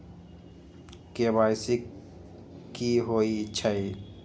KYC कि होई छई?